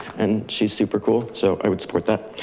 and she's super cool, so i would support that.